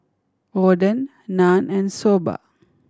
Oden Naan and Soba